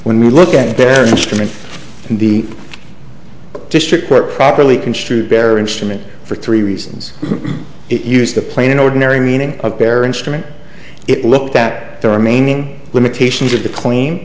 when we look at their instruments and the district court properly construed bare instrument for three reasons it used the plain ordinary meaning of bare instrument it looked at the remaining limitations of the cla